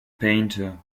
painter